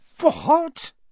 What